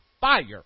fire